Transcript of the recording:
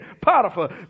Potiphar